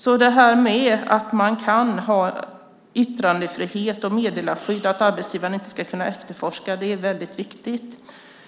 Det är väldigt viktigt att man kan ha yttrandefrihet och meddelarskydd och att arbetsgivaren inte ska kunna efterforska.